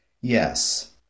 Yes